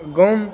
गाँवमे